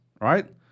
right